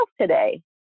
today